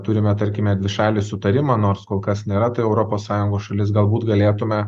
turime tarkime dvišalį sutarimą nors kol kas nėra tai europos sąjungos šalis galbūt galėtume